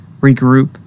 regroup